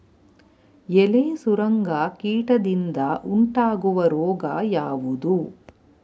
ಎಲೆ ಸುರಂಗ ಕೀಟದಿಂದ ಉಂಟಾಗುವ ರೋಗ ಯಾವುದು?